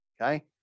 okay